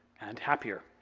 and happier.